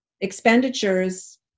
expenditures